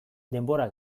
denbora